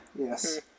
Yes